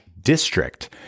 district